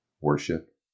Worship